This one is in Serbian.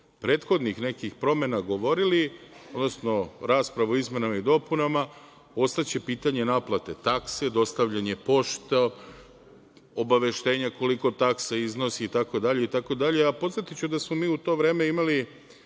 prethodnih nekih promena govorili, odnosno rasprava o izmenama i dopunama, ostaće pitanje naplate taksi, dostavljanje poštom, obaveštenja koliko taksa iznosi i tako dalje. Podsetiću da smo mi u to vreme imali